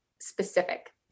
specific